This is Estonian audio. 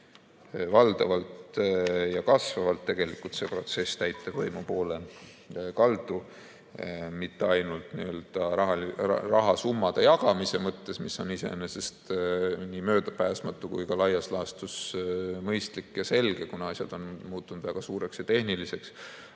valdavalt ja kasvavalt tegelikult see protsess täitevvõimu poole kaldu, ja mitte ainult rahasummade jagamise mõttes, mis on iseenesest nii möödapääsmatu kui ka laias laastus mõistlik ja selge, kuna asjad on muutunud väga suureks ja tehniliseks,